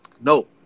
no